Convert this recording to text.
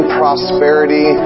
prosperity